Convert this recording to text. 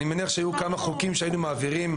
אני מניח שהיו כמה חוקים שהיינו מעבירים.